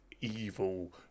evil